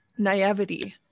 naivety